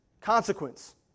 consequence